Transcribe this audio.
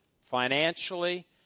financially